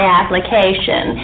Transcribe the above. application